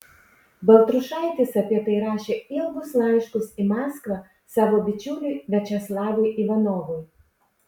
baltrušaitis apie tai rašė ilgus laiškus į maskvą savo bičiuliui viačeslavui ivanovui